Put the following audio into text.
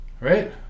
Right